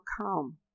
calm